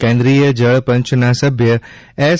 કેન્દ્રિય જળ પંચના સભ્ય એસ